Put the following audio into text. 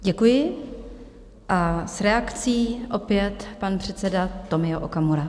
Děkuji a s reakcí opět pan předseda Tomio Okamura.